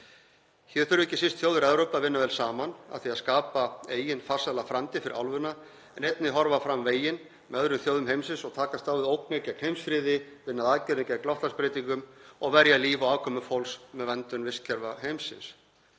Hér þurfa ekki síst þjóðir Evrópu að vinna vel saman að því að skapa eigin farsæla framtíð fyrir álfuna en einnig horfa fram veginn með öðrum þjóðum heimsins og takast á við ógnir gegn heimsfriði, vinna að aðgerðum gegn loftslagsbreytingum og verja líf og afkomu fólks með verndun vistkerfa heimsins.